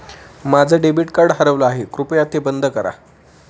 माझं debit card हरवलं आहे, कृपया ते बंद करा